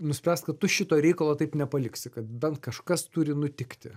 nuspręst kad tu šito reikalo taip nepaliksi kad bent kažkas turi nutikti